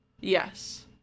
Yes